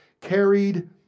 carried